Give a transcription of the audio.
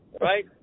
right